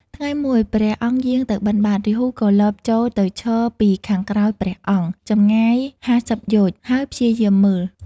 ថ្ងៃមួយ ព្រះអង្គយាងទៅបិណ្ឌបាត រាហូក៏លបចូលទៅឈរពីខាងក្រោយព្រះអង្គ ចម្ងាយ ៥០ យោជន៍ ហើយព្យាយាមមើល។